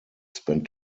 spent